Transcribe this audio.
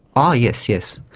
oh yes, yes,